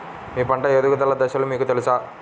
మీ పంట ఎదుగుదల దశలు మీకు తెలుసా?